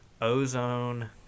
ozone